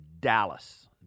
Dallas